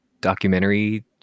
documentary